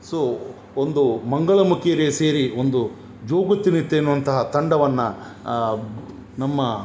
so ಒಂದು ಮಂಗಳಮುಖಿಯರೇ ಸೇರಿ ಒಂದು ಜೋಗತಿ ನಿತ್ಯ ಎನ್ನುವಂತಹ ತಂಡವನ್ನು ನಮ್ಮ